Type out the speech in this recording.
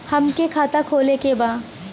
हमके खाता खोले के बा?